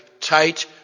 tight